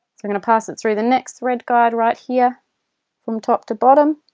i'm going to pass it through the next red guide right here from top to bottom